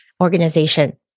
organization